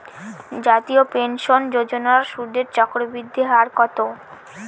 জাতীয় পেনশন যোজনার সুদের চক্রবৃদ্ধি হার কত?